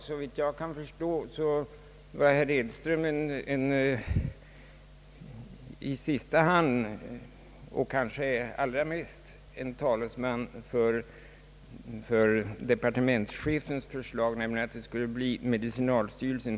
Så vitt jag kan förstå var herr Edström i sista hand men kanske allra mest talesman för departementschefens förslag, nämligen att namnet skulle bli medicinalstyrelsen.